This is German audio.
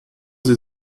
sie